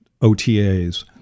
OTAs